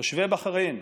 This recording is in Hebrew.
תושבי בחריין,